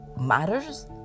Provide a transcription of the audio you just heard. matters